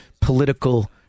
political